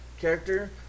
character